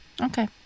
Okay